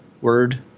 word